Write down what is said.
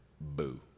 boo